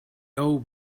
old